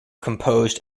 composed